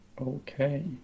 Okay